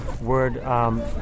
word